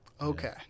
Okay